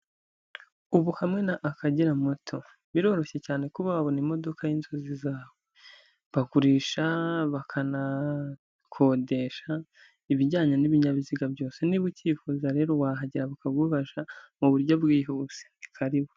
Ubu hamwe na Akagera motor, biroroshye cyane kuba wabona imodoka y'inzozi zawe, bagurisha, bakanakodesha ibijyanye n'ibinyabiziga byose, niba ukifuza rero wahagera bakagufasha mu buryo bwihuse, ni karibu.